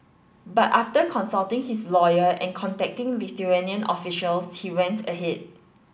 but after consulting his lawyer and contacting Lithuanian officials he went ahead